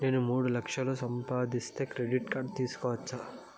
నేను మూడు లక్షలు సంపాదిస్తే క్రెడిట్ కార్డు తీసుకోవచ్చా?